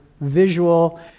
visual